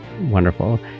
Wonderful